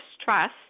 stress